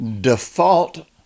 default